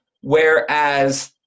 Whereas